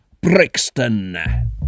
Brixton